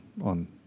on